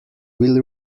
will